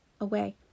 away